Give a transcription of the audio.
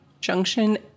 Junction